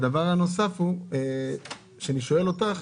דבר נוסף שעליו אני שואל אותך,